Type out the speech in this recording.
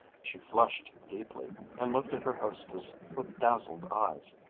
she flushed deeply and looked at her hostess with dazzled eyes.